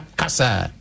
kasa